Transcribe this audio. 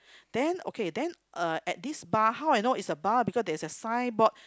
then okay then uh at this bar how I know is bar because there is a sign board